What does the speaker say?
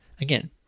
again